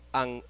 ang